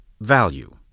value